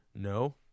no